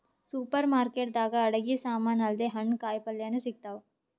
super market ದಾಗ್ ಅಡಗಿ ಸಮಾನ್ ಅಲ್ದೆ ಹಣ್ಣ್ ಕಾಯಿಪಲ್ಯನು ಸಿಗ್ತಾವ್